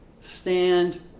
stand